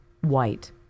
white